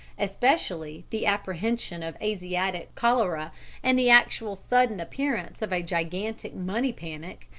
especially the apprehension of asiatic cholera and the actual sudden appearance of a gigantic money panic,